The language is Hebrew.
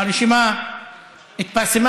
הרשימה התפרסמה,